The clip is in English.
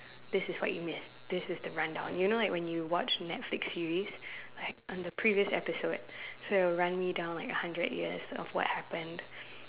this is what you missed this is the rundown you know like when you watch Netflix series like on the previous episode so run me down like a hundred years of what happened